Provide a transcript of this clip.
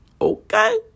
okay